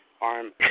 arm